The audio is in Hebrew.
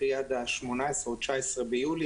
עד ה-18 או ה-19 ביולי.